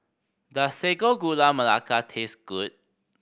does Sago Gula Melaka taste good